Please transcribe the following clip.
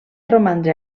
romandre